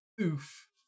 oof